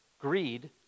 greed